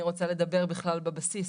אני רוצה לדבר בכלל בבסיס,